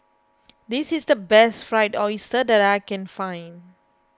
this is the best Fried Oyster that I can find